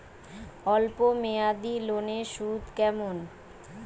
অল্প মেয়াদি লোনের সুদ কেমন?